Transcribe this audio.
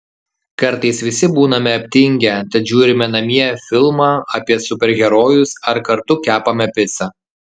kartais visi būname aptingę tad žiūrime namie filmą apie super herojus ar kartu kepame picą